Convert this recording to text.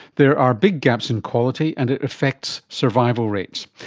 there are big gaps in quality and it affects survival rates.